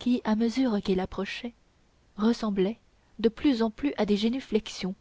qui à mesure qu'il approchait ressemblaient de plus en plus à des génuflexions